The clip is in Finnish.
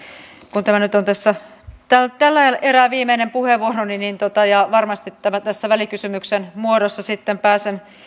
kun tämä nyt on tällä erää viimeinen puheenvuoroni ja varmasti välikysymyksen muodossa sitten pääsen